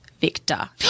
Victor